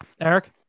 Eric